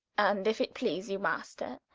and if it please you, master